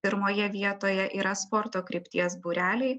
pirmoje vietoje yra sporto krypties būreliai